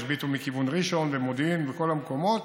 ישביתו מכיוון ראשון ומודיעין וכל המקומות,